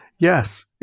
Yes